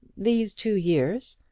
these two years.